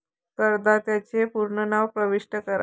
करदात्याचे पूर्ण नाव प्रविष्ट करा